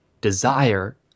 desire